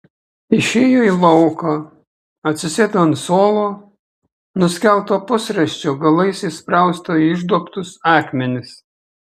išėjo į lauką atsisėdo ant suolo nuskelto pusrąsčio galais įsprausto į išduobtus akmenis